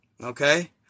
okay